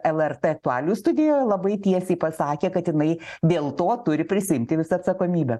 lrt aktualijų studijoje labai tiesiai pasakė kad jinai dėl to turi prisiimti visą atsakomybę